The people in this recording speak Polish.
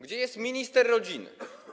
Gdzie jest minister rodziny?